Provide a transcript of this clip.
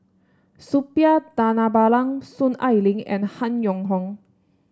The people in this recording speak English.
Suppiah Dhanabalan Soon Ai Ling and Han Yong Hong